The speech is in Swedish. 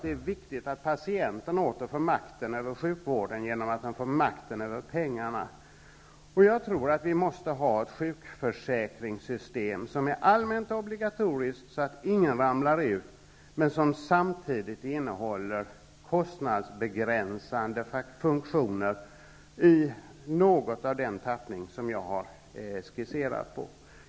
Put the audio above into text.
Det är viktigt att patienten åter får makten över sjukvården, genom att han får makten över pengarna. Vi måste ha ett sjukförsäkringssystem som är allmänt och obligatoriskt, så att ingen ramlar ut, men som samtidigt innehåller kostnadsbegränsande funktioner -- i ungefär den tappning som jag har skisserat.